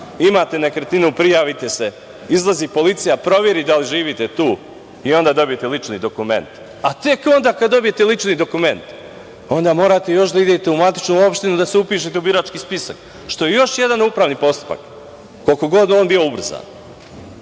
Imate nekretninu prijavite se. Izlazi policija, proveri da li živite tu i onda dobijete lični dokument, a tek onda kada dobijete lični dokument, onda morate još da idete u matičnu opštinu da se upišete u birački spisak, što je još jedan upravni postupak, koliko god on bio ubrzan. Ja